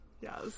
Yes